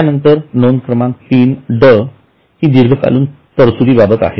त्यानंतर नोंद क्रमांक तीन ड हि दीर्घकालीन तरतुदी बाबत आहे